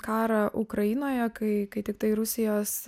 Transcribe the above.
karą ukrainoje kai kai tiktai rusijos